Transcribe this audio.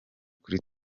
kuri